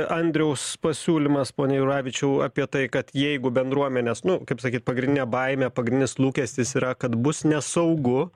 andriaus pasiūlymas pone juravičiau apie tai kad jeigu bendruomenės nu kaip sakyt pagrindinė baimė pagrindinis lūkestis yra kad bus nesaugu